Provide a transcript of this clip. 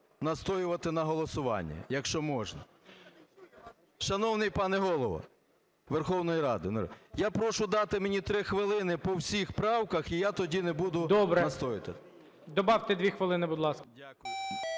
настоювати на голосуванні, якщо можна. Шановний пане Голово Верховної Ради, я прошу дати мені три хвилини по всіх правках, і я тоді не буду настоювати.